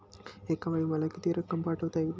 एकावेळी मला किती रक्कम पाठविता येईल?